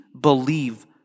believe